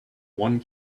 one